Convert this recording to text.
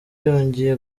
yongeye